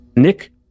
Nick